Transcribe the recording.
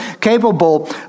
capable